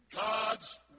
God's